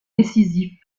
décisif